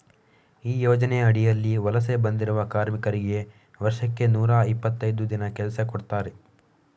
ಈ ಯೋಜನೆ ಅಡಿಯಲ್ಲಿ ವಲಸೆ ಬಂದಿರುವ ಕಾರ್ಮಿಕರಿಗೆ ವರ್ಷಕ್ಕೆ ನೂರಾ ಇಪ್ಪತ್ತೈದು ದಿನ ಕೆಲಸ ಕೊಡ್ತಾರೆ